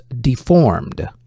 Deformed